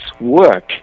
work